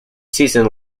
season